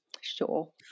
sure